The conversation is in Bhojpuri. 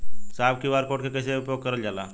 साहब इ क्यू.आर कोड के कइसे उपयोग करल जाला?